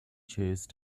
choose